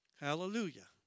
Hallelujah